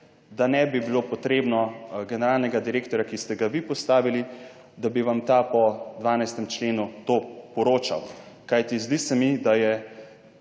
da ne bi bilo potrebno generalnega direktorja, ki ste ga vi postavili, da bi vam ta po 12. členu to poročal, kajti zdi se mi, da je